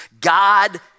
God